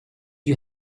you